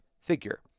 figure